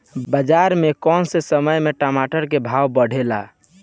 बाजार मे कौना समय मे टमाटर के भाव बढ़ेले?